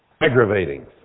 Aggravating